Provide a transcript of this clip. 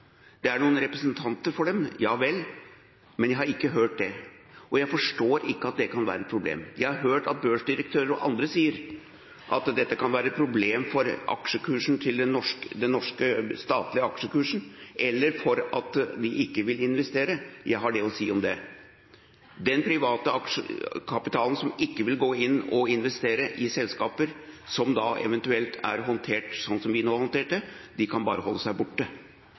Det er noen representanter for dem – ja vel – men jeg har ikke hørt det, og jeg forstår ikke at det kan være et problem. Jeg har hørt at børsdirektører og andre sier at dette kan være et problem for den norske statlige aksjekursen, eller for at de ikke vil investere. Jeg har det å si om det: Den private aksjekapitalen som ikke vil gå inn og investere i selskaper som da eventuelt er håndtert slik som vi nå har håndtert det, den kan bare holde seg borte.